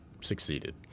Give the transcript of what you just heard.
succeeded